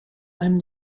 einem